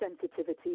sensitivity